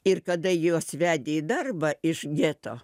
ir kada juos vedė į darbą iš geto